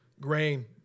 grain